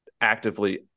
actively